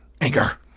anger